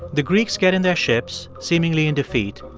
the greeks get in their ships, seemingly in defeat,